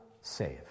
save